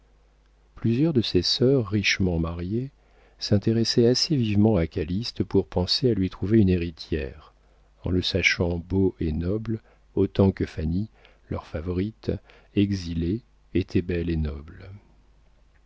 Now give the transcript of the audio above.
plusieurs de ses sœurs richement mariées s'intéressaient assez vivement à calyste pour penser à lui trouver une héritière en le sachant beau et noble autant que fanny leur favorite exilée était belle et noble